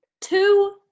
Two